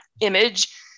image